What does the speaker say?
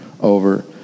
over